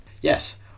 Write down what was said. Yes